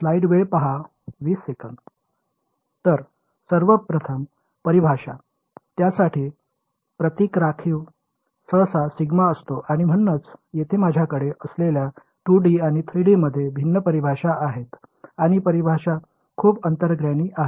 तर सर्व प्रथम परिभाषा त्यासाठी प्रतीक राखीव सहसा सिग्मा असतो आणि म्हणूनच येथे माझ्याकडे असलेल्या 2D आणि 3D मध्ये भिन्न परिभाषा आहेत आणि परिभाषा खूप अंतर्ज्ञानी आहेत